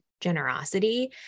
generosity